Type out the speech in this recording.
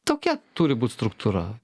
tokia turi būt struktūra